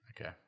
Okay